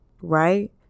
Right